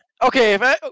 Okay